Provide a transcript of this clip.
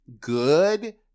good